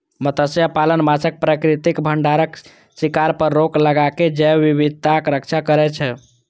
मत्स्यपालन माछक प्राकृतिक भंडारक शिकार पर रोक लगाके जैव विविधताक रक्षा करै छै